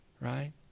right